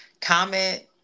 comment